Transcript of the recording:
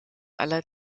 aller